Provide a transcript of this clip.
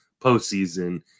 postseason